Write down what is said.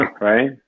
Right